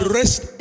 rest